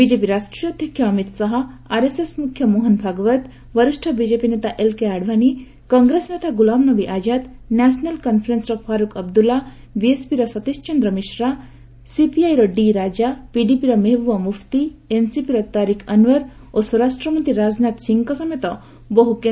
BJP ରାଷ୍ଟ୍ରୀୟ ଅଧ୍ୟକ୍ଷ Amit Shah RSS ମୁଖ୍ୟ ମୋହନ ଭାଗବତ୍ ବରିଷ୍ଠ ବିଜେପି ନେତା ଏଲକେ ଆଡଭାନୀ କଂଗ୍ରେସ ନେତା ଗୁଲାମ ନବୀ ଆକାଦ୍ ନ୍ୟାସନାଲ କନଫେରେନ୍ବର ଫାରୁକ୍ ଅବଦୁଲ୍ଲା ବିଏସପି ର ସତୀଶ ଚନ୍ଦ୍ର ମିଶ୍ର ସିପିଆଇର ଡି ରାଜୁ ପିଡିପିର ମେହବୁବା ମୁଫତି ଏନସିପିର ତାରିଖ୍ ଅନଓ୍ୱର ଓ ସ୍ୱରାଷ୍ଟ୍ରମନ୍ତ୍ରୀ ରାଜନାଥ ସିଂଙ୍କ ସମେତ ବହୁ କେନ୍ଦ୍ରମନ୍ତ୍ରୀ ଏହି ସଭାରେ ଯୋଗଦେଇଥିଲେ